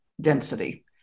density